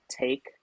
take